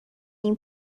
این